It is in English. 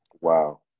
Wow